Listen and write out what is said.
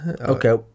Okay